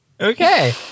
Okay